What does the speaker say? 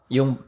Yung